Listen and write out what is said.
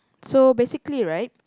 so basically right